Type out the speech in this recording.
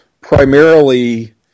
primarily